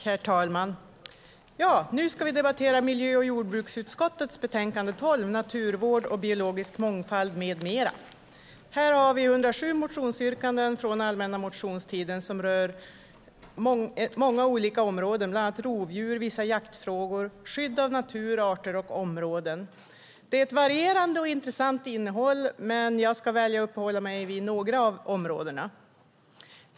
Herr talman! Nu ska vi debattera miljö och jordbruksutskottets betänkande 12 Naturvård och biologisk mångfald m.m. . Här finns 107 motionsyrkanden från allmänna motionstiden som rör många olika områden, bland annat rovdjur, vissa jaktfrågor, skydd av natur, arter och områden. Det är ett varierande och intressant innehåll, men jag ska välja att uppehålla mig vid några av områdena.